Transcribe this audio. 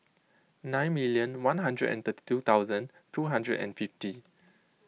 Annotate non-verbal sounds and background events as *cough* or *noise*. nine million one hundred and *unintelligible* two thousand two hundred and fifty